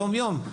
יום-יום.